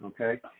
okay